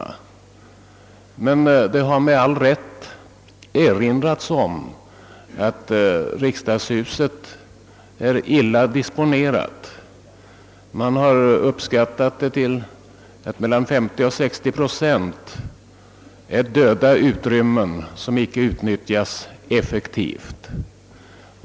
I detta sammanhang har det med all rätt erinrats om att riksdagshuset är illa disponerat. Man har uppskattat att melian 50 och 60 procent av ytan är döda utrymmen, som icke utnyttjas effektivt.